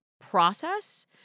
process